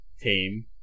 team